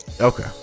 Okay